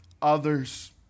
Others